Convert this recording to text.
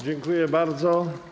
Dziękuję bardzo.